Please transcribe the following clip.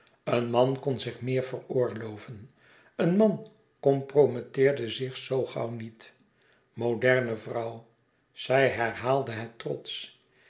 een man kon zich meer veroorloven een man comprometteerde zich zoo gauw niet moderne vrouw zij herhaalde het trotsch